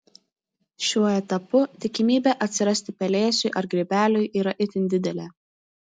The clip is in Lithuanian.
šiuo etapu tikimybė atsirasti pelėsiui ar grybeliui yra itin didelė